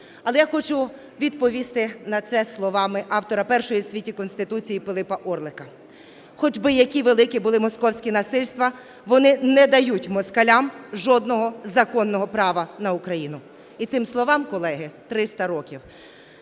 Але я хочу відповісти на це словами автора першої в світі Конституції Пилипа Орлика: "Хоч би які великі були московські насильства, вони не дають москалям жодного законного права на Україну". І цим словам, колеги, 300 років